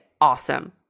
awesome